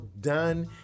done